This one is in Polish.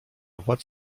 władz